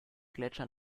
gletscher